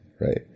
right